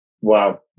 wow